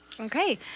Okay